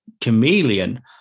Chameleon